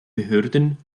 behörden